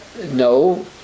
no